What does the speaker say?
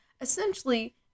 Essentially